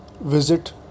Visit